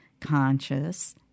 conscious